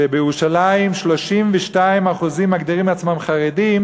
שבירושלים 32% מגדירים עצמם חרדים,